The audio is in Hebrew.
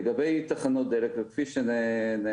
לגבי תחנות דלק, כפי שנאמר,